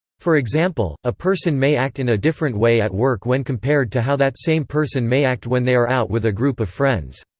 for example, a person may act in a different way at work when compared to how that same person may act when they are out with a group of friends.